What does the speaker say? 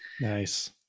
nice